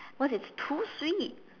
cause it's too sweet